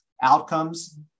Outcomes